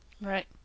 Right